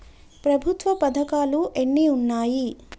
ప్రభుత్వ పథకాలు ఎన్ని ఉన్నాయి?